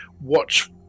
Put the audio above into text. watch